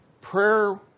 Prayer